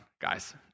guys